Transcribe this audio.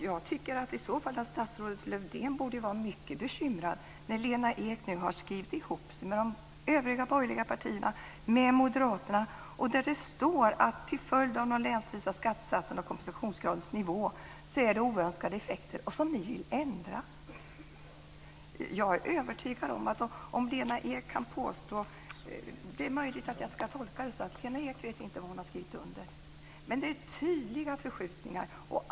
Jag tycker att statsrådet Lövdén borde vara mycket bekymrad när Lena Ek nu har skrivit ihop sig med de övriga borgerliga partierna, med Moderaterna, där det står att till följd av de länsvisa skattesatserna och kompensationsgradens nivå är det oönskade effekter, som vi vill ändra. Det är möjligt att jag ska tolka det så att Lena Ek inte vet vad hon har skrivit under. Det är tydliga förskjutningar.